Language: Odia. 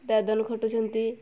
ଦାଦନ ଖଟୁଛନ୍ତି